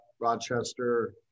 Rochester